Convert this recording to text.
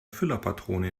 füllerpatrone